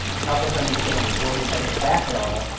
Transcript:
help us understand the georgia tech of that era,